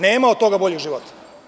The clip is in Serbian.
Nema od toga boljeg života.